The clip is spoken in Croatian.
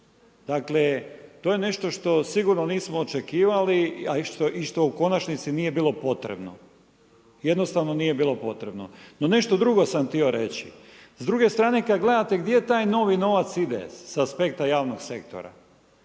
Dakle, to je nešto što sigurno nismo očekivali i što u konačnici nije bilo potrebno, jednostavno nije bilo potrebno. No nešto drugo sam htio reći. S druge strane kad gledate gdje taj novi novac ide sa aspekta javnog sektora.